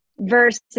versus